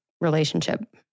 relationship